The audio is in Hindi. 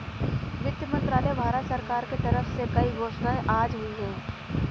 वित्त मंत्रालय, भारत सरकार के तरफ से कई घोषणाएँ आज हुई है